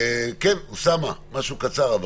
אוסאמה, משהו קצר.